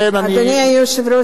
אדוני היושב-ראש,